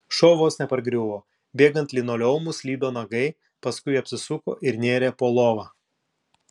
šuo vos nepargriuvo bėgant linoleumu slydo nagai paskui apsisuko ir nėrė po lova